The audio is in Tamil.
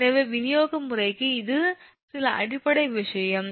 எனவே விநியோக முறைக்கு இது சில அடிப்படை விஷயம்